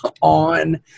on